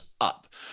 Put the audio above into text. up